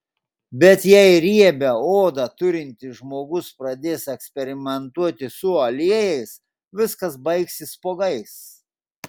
bet jei riebią odą turintis žmogus pradės eksperimentuoti su aliejais viskas baigsis spuogais